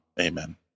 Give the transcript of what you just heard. Amen